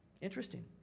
Interesting